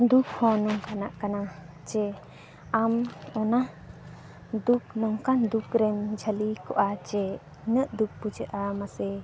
ᱫᱩᱠ ᱦᱚᱸ ᱱᱚᱝᱠᱟᱱᱟᱜ ᱠᱟᱱᱟ ᱡᱮ ᱟᱢ ᱚᱱᱟ ᱫᱩᱠ ᱱᱚᱝᱠᱟᱱ ᱫᱩᱠᱨᱮᱢ ᱡᱷᱟᱹᱞᱤ ᱠᱚᱜᱼᱟ ᱡᱮ ᱱᱤᱱᱟᱹᱜ ᱫᱩᱠ ᱵᱩᱡᱷᱟᱹᱜᱼᱟ ᱢᱟᱥᱮ